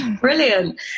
brilliant